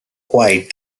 quiet